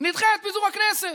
נדחה את פיזור הכנסת.